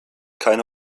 keine